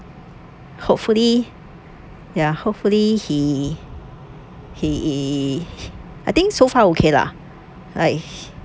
hopefully ya hopefully he he I think so far okay lah like